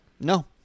No